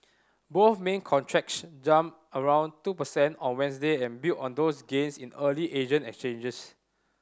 both main contracts jumped around two percent on Wednesday and built on those gains in early Asian exchanges